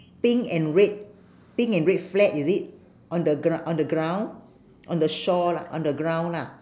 pink and red pink and red flag is it on the grou~ on the ground on the shore lah on the ground lah